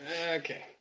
Okay